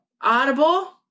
Audible